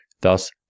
thus